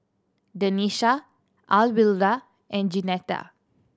Denisha Alwilda and Jeanetta